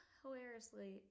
hilariously